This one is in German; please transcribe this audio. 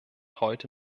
heute